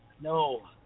no